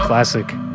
Classic